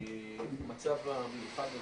מצב המיוחד הזה,